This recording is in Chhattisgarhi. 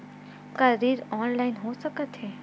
का ऋण ऑनलाइन हो सकत हे?